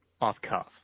off-cuff